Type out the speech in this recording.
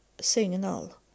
signal